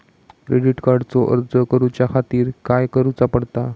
Credit कार्डचो अर्ज करुच्या खातीर काय करूचा पडता?